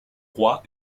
roi